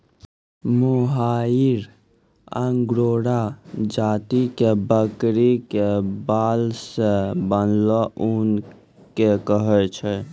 मोहायिर Angora जाति के बकरी के बाल सॅ बनलो ऊन कॅ कहै छै